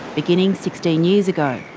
beginning sixteen years ago.